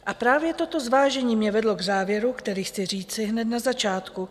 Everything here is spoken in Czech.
A právě toto zvážení mě vedlo k závěru, který chci říci hned na začátku.